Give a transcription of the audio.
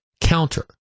counter